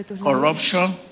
corruption